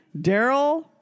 Daryl